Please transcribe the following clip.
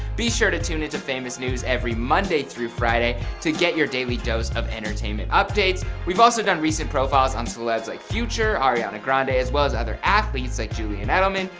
be sure to tune into famous news every monday through friday to get your daily dose of entertainment updates. we've also done recent profiles on celebs like future, ariana grande as well as other athletes like julian edelman,